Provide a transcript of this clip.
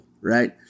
right